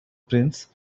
prince